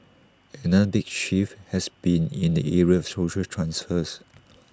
another big shift has been in the area of social transfers